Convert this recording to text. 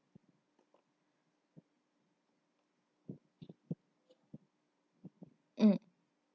ugh